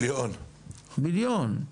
מיליון,